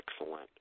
Excellent